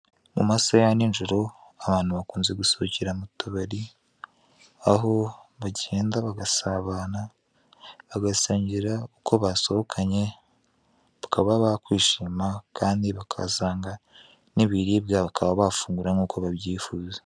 Amasaha ya ninjoro abantu bakunze gusohokera mu tubari, aho bagenda bagasabana, bagasangira uko basohokanye, bakaba bakwishima kandi bahasanga n'ibiribwa bakaba bafungura nk'uko babyifuza.